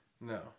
No